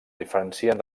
diferencien